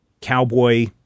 cowboy